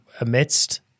amidst